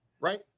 right